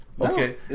Okay